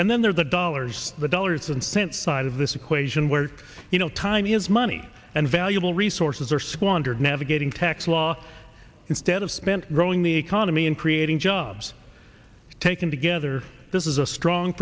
and then there are the dollars the dollars and cents side of this equation where you know time is money and valuable resources are squandered navigating tax law instead of spent growing the economy and creating jobs taken together this is a strong